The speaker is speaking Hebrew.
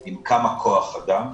עם כמה כח אדם.